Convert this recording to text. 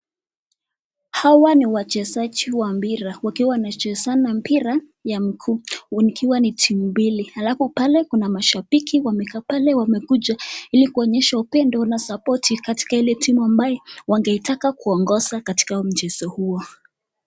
Hawa ni wachezaji wa mpira. Wakiwa wanachezana mpira ya muguu. Ikiwa ni timu mbili alafu pale ni mashabiki wamekaa pale wamekuja ili kuonesha upendo na sapote kwa ile timu ambaye Ilitaka kuongoza katika mchezo huo.